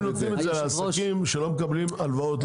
הם נותנים את זה לעסקים שלא מקבלים הלוואות,